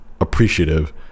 appreciative